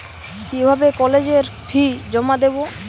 কিভাবে কলেজের ফি জমা দেবো?